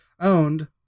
owned